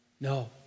No